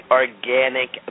organic